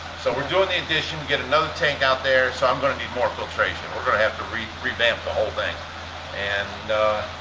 so we're doing the addition to get another tank out there so i'm gonna need more filtration. we're gonna have to revamp the whole thing and